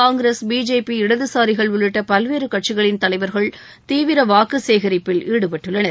Congress BJP இடதுசாரிகள் உள்ளிட்ட பல்வேறு கட்சிகளின் தலைவர்கள் தீவிர வாக்கு சேகரிப்பில் ஈடுபட்டுள்ளனர்